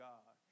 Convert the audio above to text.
God